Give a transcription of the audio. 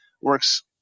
works